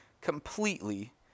completely